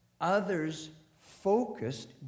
others-focused